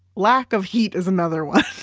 lack of heat is another one.